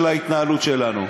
ההתנהלות שלנו.